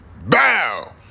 bow